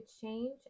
change